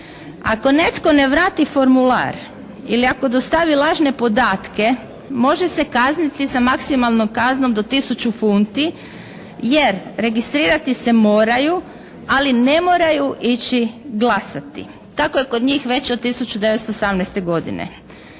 Ako netko ne vrati formular ili ako dostavi lažne podatke može se kazniti sa maksimalnom kaznom do tisuću funti jer registrirati se moraju ali ne moraju ići glasati. Tako je kod njih već od 1918. godine.